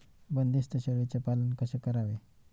बंदिस्त शेळीचे पालन कसे करावे?